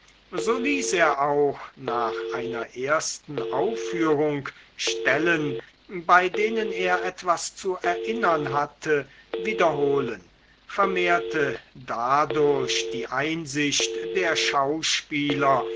so ließ er auch nach einer ersten aufführung stellen bei denen er etwas zu erinnern hatte wiederholen vermehrte dadurch die einsicht der schauspieler